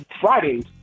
Friday's